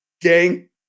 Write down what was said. Gang